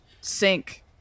Sink